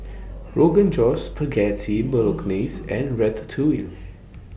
Rogan Josh Spaghetti Bolognese and Ratatouille